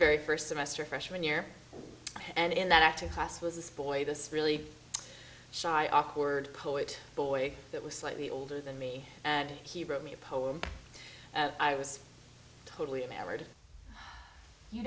very first semester freshman year and in that acting class was this boy this really shy awkward poet boy that was slightly older than me and he wrote me a poem i was totally